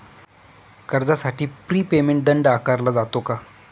कर्जासाठी prepayment दंड आकारला जातो का?